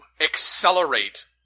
accelerate